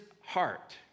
heart